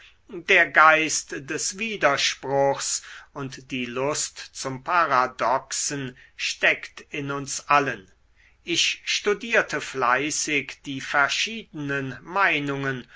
der geist des widerspruchs und die lust zum paradoxen steckt in uns allen ich studierte fleißig die verschiedenen meinungen